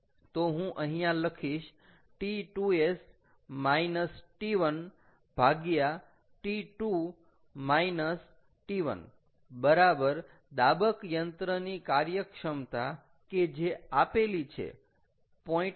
તો હું અહીંયા લખીશ T2s T1 T2 T1 બરાબર દાબક યંત્રની કાર્યક્ષમતા કે જે આપેલી છે 0